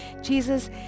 Jesus